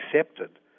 accepted